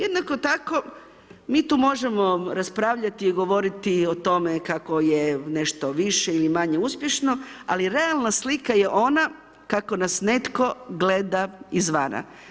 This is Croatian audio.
Jednako tako mi tu možemo raspravljati i govoriti o tome kako je nešto više ili manje uspješno, ali realna slika je ona kako nas netko gleda iz vana.